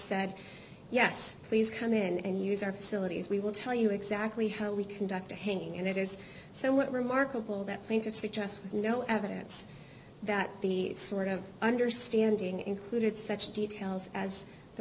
said yes please come in and use our facilities we will tell you exactly how we conduct a hanging and it is so what remarkable that plaintive suggests no evidence that the sort of understanding included such details as the